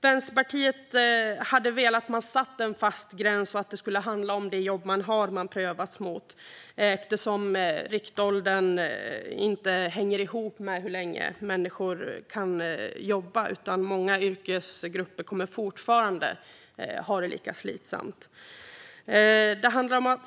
Vänsterpartiet hade velat ha en fast gräns och att man ska prövas mot det jobb man har eftersom riktåldern inte hänger ihop med hur länge människor kan jobba. Många yrkesgrupper kommer fortfarande att ha det lika slitsamt.